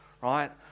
right